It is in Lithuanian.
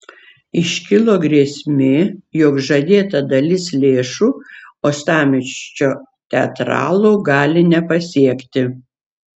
iškilo grėsmė jog žadėta dalis lėšų uostamiesčio teatralų gali nepasiekti